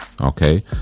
Okay